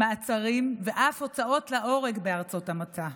מעצרים ואף הוצאות להורג בארצות המוצא.